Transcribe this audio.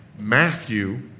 Matthew